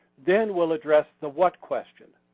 then we'll address the what question.